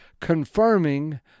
confirming